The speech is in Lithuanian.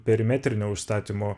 perimetrinio užstatymo